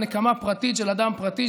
על נקמה פרטית של אדם פרטי,